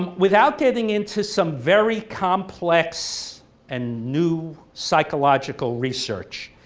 um without getting into some very complex and new psychological research,